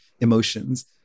emotions